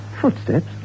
footsteps